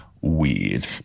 weird